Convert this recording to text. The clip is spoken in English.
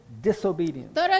disobedience